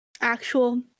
actual